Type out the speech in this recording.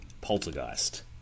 Poltergeist